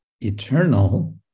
eternal